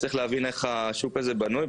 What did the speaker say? יש להבין, איך השוק הזה בנוי.